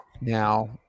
now